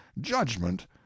judgment